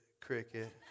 cricket